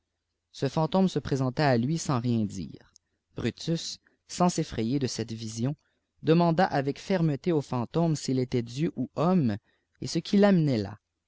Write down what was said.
ce fantôme se présenta à lui sans rien dire bnitus sans s'effrayer de cette vision demanda avec fermeté au fantôme s'il étaitdieu ou homme et ce qui